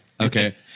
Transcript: Okay